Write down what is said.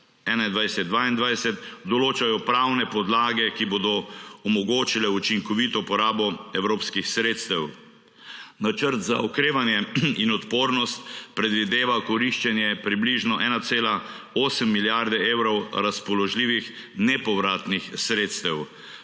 ZIPRS2122 določajo pravne podlage, ki bodo omogočila učinkovito porabo evropskih sredstev. Načrt za okrevanje in odpornost predvideva koriščenje približno 1,8 milijarde evrov razpoložljivih nepovratnih sredstev.